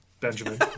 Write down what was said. Benjamin